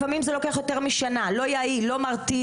לפעמים זה לוקח יותר משנה, לא יעיל, לא מרתיע.